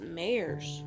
mayors